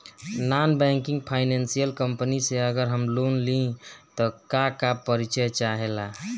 Non banking financial company से अगर हम लोन लि त का का परिचय चाहे ला?